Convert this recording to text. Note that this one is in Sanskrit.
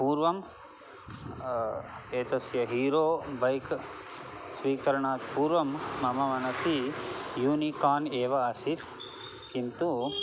पूर्वम् एतस्य हीरो बैक् स्वीकरणात् पूर्वं मम मनसि यूनिकान् एव आसीत् किन्तु